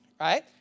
right